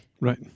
right